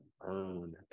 earn